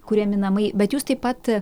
kuriami namai bet jūs taip pat